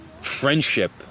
friendship